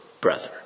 brother